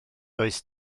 does